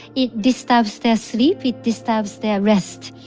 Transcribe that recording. it disturbs their sleep. it disturbs their rest.